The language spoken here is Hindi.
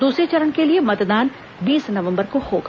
दूसरे चरण के लिए मतदान बीस नवम्बर को होगा